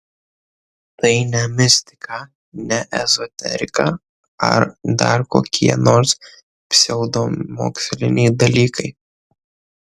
tai ne mistika ne ezoterika ar dar kokie nors pseudomoksliniai dalykai